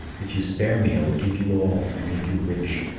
if you spare me, i will give you all and make you rich.